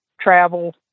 travel